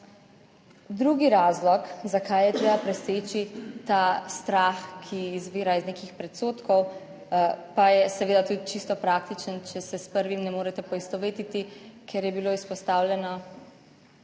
Drugi razlog zakaj je treba preseči ta strah, ki izvira iz nekih predsodkov pa je seveda tudi čisto praktičen, če se s prvim ne morete poistovetiti, ker je bilo izpostavljeno